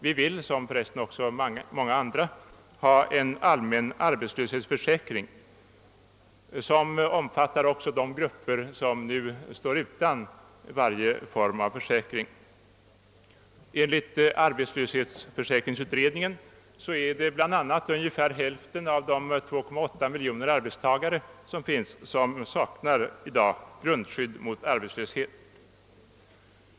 Vi vill, liksom för övrigt många andra, ha en allmän arbetslöshetsförsäkring, som också omfattar de grupper som nu står utanför varje form av försäkring. Enligt arbetslöshetsförsäkringsutredningen saknar ungefär hälften av de 2,8 miljonerna arbetstagare grundskydd mot arbetslöshet.